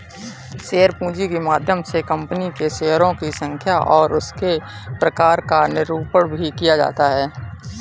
share पूंजी के माध्यम से कंपनी के शेयरों की संख्या और उसके प्रकार का निरूपण भी किया जाता है